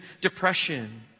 depression